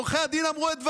עורכי הדין אמרו את דברם.